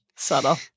Subtle